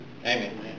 Amen